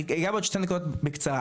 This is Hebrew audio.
אני אגע בעוד שתי נקודות בקצרה,